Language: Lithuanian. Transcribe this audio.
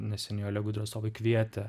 neseniai olegui dresovui kvietė